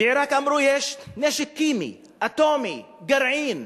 אמרו שיש בעירק נשק כימי, אטומי, גרעין.